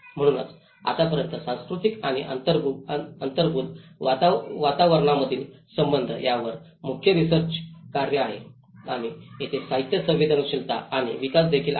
म्हणून आतापर्यंत सांस्कृतिक आणि अंगभूत वातावरणामधील संबंध यावर मुख्य रिसर्च कार्य आहे आणि तेथे साहित्य संवेदनशीलता आणि विकास देखील आहे